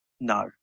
No